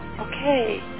Okay